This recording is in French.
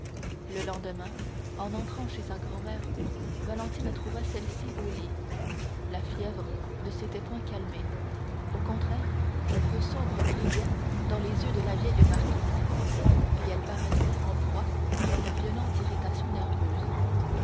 le lendemain en entrant chez sa grand-mère valentine trouva celle-ci au lit la fièvre ne s'était point calmée au contraire un feu sombre brillait dans les yeux de la vieille marquise et elle paraissait en proie à une violente irritation nerveuse